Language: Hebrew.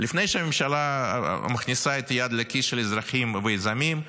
לפני שהממשלה מכניסה את היד לכיס של האזרחים ושל היזמים,